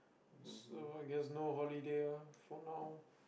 so I guess no holiday ah for now